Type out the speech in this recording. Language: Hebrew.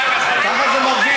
לא, לא, ככה זה מרגיש,